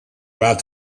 about